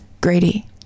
Grady